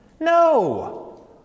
No